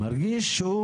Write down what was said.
מרגיש שהוא